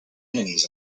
enemies